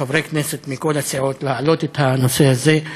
חברי כנסת מכל הסיעות, להעלות את הנושא הזה.